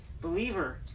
Believer